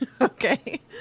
Okay